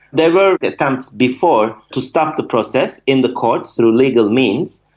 there were attempts before to stop the process in the courts through legal means,